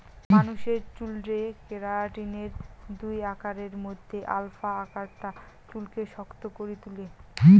মানুষের চুলরে কেরাটিনের দুই আকারের মধ্যে আলফা আকারটা চুলকে শক্ত করি তুলে